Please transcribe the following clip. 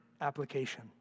application